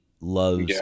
loves